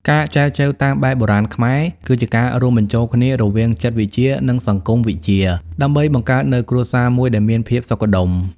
ការចែចូវតាមបែបបុរាណខ្មែរ គឺជាការរួមបញ្ចូលគ្នារវាង "ចិត្តវិទ្យា" និង "សង្គមវិទ្យា" ដើម្បីបង្កើតនូវគ្រួសារមួយដែលមានភាពសុខដុម។